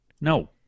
No